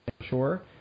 sure